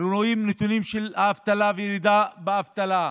ורואים נתונים של האבטלה וירידה באבטלה.